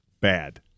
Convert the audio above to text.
bad